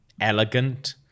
elegant